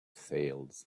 sails